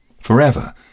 Forever